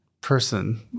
person